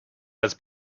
has